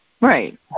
Right